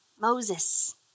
Moses